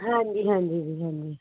ਹਾਂਜੀ ਹਾਂਜੀ ਜੀ ਹਾਂਜੀ